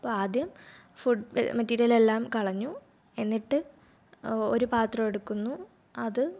അപ്പോൾ ആദ്യം food material എല്ലാം കളഞ്ഞു എന്നിട്ട് ഒരു പാത്രം എടുക്കുന്നു അത്